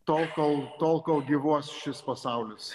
tol kol tol kol gyvuos šis pasaulis